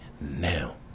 now